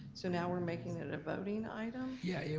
so now we're making it a voting item? yeah yeah,